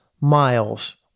miles